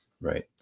right